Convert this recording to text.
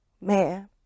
man